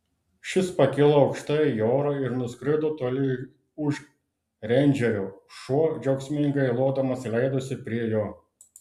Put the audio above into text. šis pakilo aukštai į orą ir nuskrido toli už reindžerio šuo džiaugsmingai lodamas leidosi prie jo